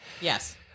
Yes